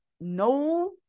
No